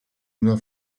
una